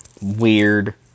weird